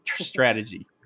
strategy